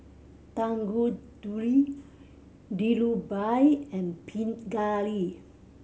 Tanguturi Dhirubhai and Pingali